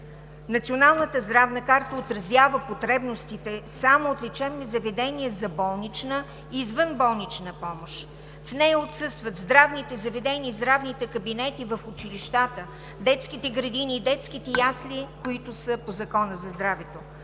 Националната здравна карта отразява потребностите само от лечебни заведения за болнична и извънболнична помощ. В нея отсъстват здравните заведения и здравните кабинети в училищата, детските градини и детските ясли, които са по Закона за здравето.